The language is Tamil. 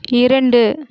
இரண்டு